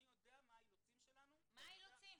אני יודע מה האילוצים שלנו --- מה האילוצים?